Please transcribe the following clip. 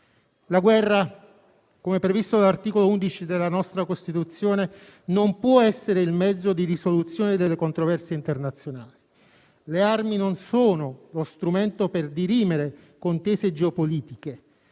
La guerra, come previsto dall'articolo 11 della nostra Costituzione, non può essere il mezzo di risoluzione delle controversie internazionali. Le armi non sono lo strumento per dirimere contese geopolitiche,